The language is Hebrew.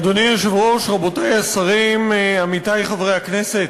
אדוני היושב-ראש, רבותי השרים, עמיתי חברי הכנסת,